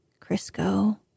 crisco